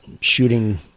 shooting